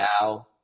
now